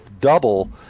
double